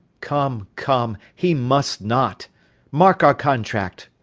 come, come, he must not mark our contract.